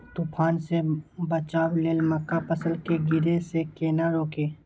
तुफान से बचाव लेल मक्का फसल के गिरे से केना रोकी?